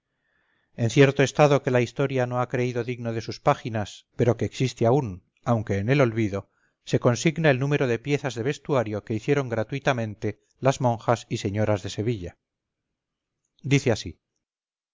en cierto estado que la historia no ha creído digno de sus páginas pero que existe aún aunque en el olvido se consigna el número de piezas de vestuario que hicieron gratuitamente las monjas y señoras de sevilla dice así